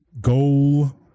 goal